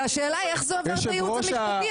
והשאלה היא איך זה עובר את הייעוץ המשפטי.